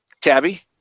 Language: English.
tabby